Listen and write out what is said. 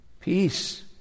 peace